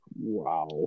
wow